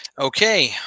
Okay